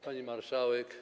Pani Marszałek!